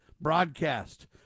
broadcast